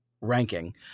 ranking